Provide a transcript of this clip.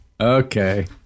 Okay